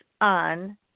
on